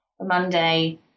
Monday